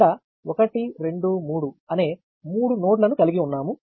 ఇక్కడ 1 2 3 అనే మూడు నోడ్లను కలిగి ఉన్నాము